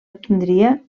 obtindria